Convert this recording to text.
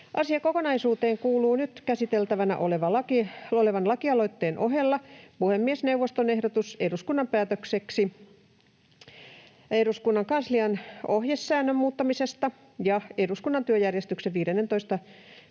Asiakokonaisuuteen kuuluu nyt käsiteltävänä olevan lakialoitteen ohella puhemiesneuvoston ehdotus eduskunnan päätökseksi eduskunnan kanslian ohjesäännön muuttamisesta ja eduskunnan työjärjestyksen 15 §:n